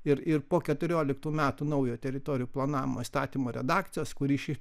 ir ir po keturioliktų metų naujo teritorijų planavimo įstatymo redakcijos kuri šį